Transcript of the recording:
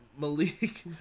Malik